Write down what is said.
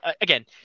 again